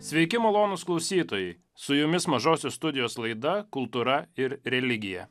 sveiki malonūs klausytojai su jumis mažosios studijos laida kultūra ir religija